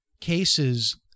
cases